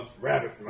rabbit